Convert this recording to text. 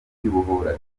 kwibohora